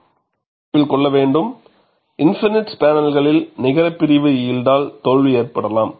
நீங்கள் நினைவில் கொள்ள வேண்டும் இன்ஃபினிட் பேனல்களில் நிகர பிரிவு யில்டால் தோல்வி ஏற்படலாம்